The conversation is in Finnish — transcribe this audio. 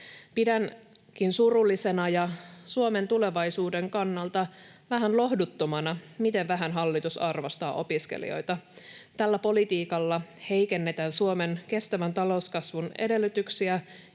Pidänkin surullisena ja Suomen tulevaisuuden kannalta vähän lohduttomana, miten vähän hallitus arvostaa opiskelijoita. Tällä politiikalla heikennetään Suomen kestävän talouskasvun edellytyksiä,